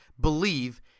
believe